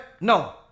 no